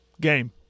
Game